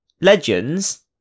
Legends